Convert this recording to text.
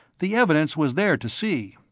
the evidence was there to see,